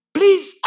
Please